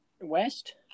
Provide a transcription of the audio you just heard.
West